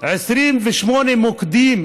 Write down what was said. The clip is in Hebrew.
28 מוקדים